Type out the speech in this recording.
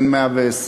אין 120,